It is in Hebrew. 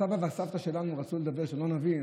כשהסבא והסבתא שלנו רצו לדבר ושלא נבין,